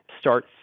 start